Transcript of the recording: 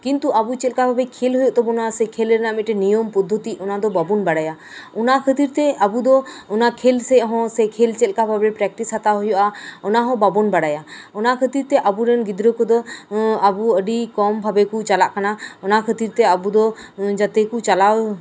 ᱠᱤᱱᱛᱩ ᱟᱵᱚ ᱪᱮᱫ ᱞᱮᱠᱟ ᱠᱟᱛᱮ ᱠᱷᱮᱞ ᱦᱩᱭᱩᱜ ᱛᱟᱵᱩᱱᱟ ᱠᱷᱮᱞ ᱨᱮᱱᱟᱜ ᱱᱤᱭᱚᱢ ᱯᱚᱫᱫᱷᱚᱛᱤ ᱚᱱᱟ ᱫᱚ ᱵᱟᱵᱚᱱ ᱵᱟᱲᱟᱭᱟ ᱚᱱᱟ ᱠᱷᱟᱹᱛᱤᱨ ᱛᱮ ᱟᱹᱵᱩ ᱫᱚ ᱚᱱᱟ ᱠᱷᱮᱞ ᱥᱮᱡ ᱦᱚᱸ ᱥᱮ ᱠᱷᱮᱞ ᱪᱮᱫ ᱞᱮᱠᱟ ᱵᱷᱟᱵᱮ ᱯᱨᱮᱠᱴᱤᱥ ᱦᱟᱛᱟᱣ ᱦᱩᱭᱩᱜᱼᱟ ᱚᱱᱟ ᱦᱚᱸ ᱵᱟᱵᱚᱱ ᱵᱟᱲᱟᱭᱟ ᱚᱱᱟ ᱠᱷᱟᱹᱛᱤᱨ ᱛᱮ ᱟᱵᱚᱨᱮᱱ ᱜᱤᱫᱽᱨᱟᱹ ᱠᱚᱫᱚ ᱟᱵᱚ ᱟᱹᱰᱤ ᱠᱚᱢ ᱵᱷᱟᱵᱮ ᱠᱚ ᱪᱟᱞᱟᱜ ᱠᱟᱱᱟ ᱚᱱᱟ ᱠᱷᱟᱹᱛᱤᱨ ᱛᱮ ᱟᱵᱚ ᱫᱚ ᱡᱟᱛᱮ ᱠᱚ ᱪᱟᱞᱟᱣ